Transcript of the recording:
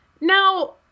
Now